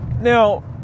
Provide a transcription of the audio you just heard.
Now